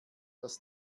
dass